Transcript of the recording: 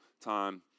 time